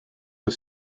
the